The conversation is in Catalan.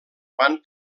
van